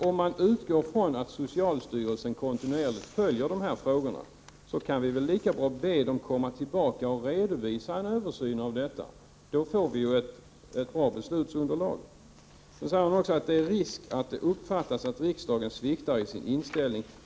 Om vi utgår från att socialstyrelsen kontinuerligt följer dessa frågor, kan vi väl lika gärna begära en ny redovisning beträffande översynen i detta sammanhang. Då får vi ju ett bra beslutsunderlag. Vidare säger Yvonne Sandberg-Fries att risken finns att man får uppfattningen att riksdagen sviktar i sin inställning.